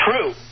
True